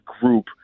group